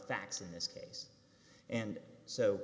facts in this case and so